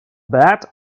bad